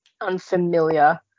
unfamiliar